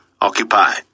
Occupy